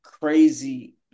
crazy